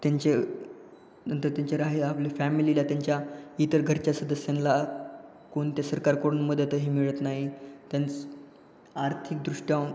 त्यांचे नंतर त्यांच्या राह्या आहे आपल्या फॅमिलीला त्यांच्या इतर घरच्या सदस्यांना कोणत्या सरकारकडून मदतही मिळत नाही त्यांच् आर्थिकदृष्ट्या